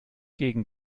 gegen